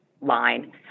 line